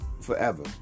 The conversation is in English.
forever